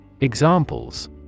Examples